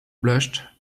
blushed